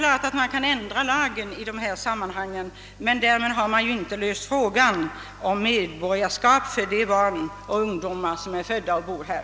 Naturligtvis kan man ändra lagen på dessa punkter, men därmed har man ju inte löst problemen beträffande medborgarskap i Sverige för dessa barn och ungdomar som är födda här och som bor här.